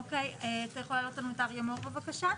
אוקיי, אתה יכול להעלות לנו את אריה מור, בבקשה?